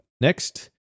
Next